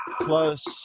plus